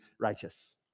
righteous